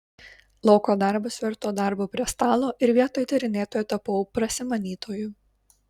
lauko darbas virto darbu prie stalo ir vietoj tyrinėtojo tapau prasimanytoju